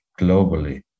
globally